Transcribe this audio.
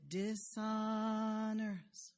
dishonors